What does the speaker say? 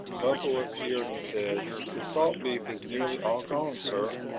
bumpo appeared and said, the salt beef is nearly all gone, sir.